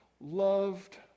loved